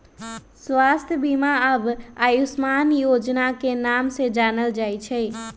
स्वास्थ्य बीमा अब आयुष्मान योजना के नाम से जानल जाई छई